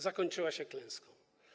Zakończyła się klęską.